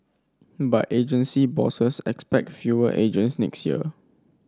but agency bosses expect fewer agents next year